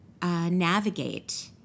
Navigate